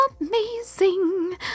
amazing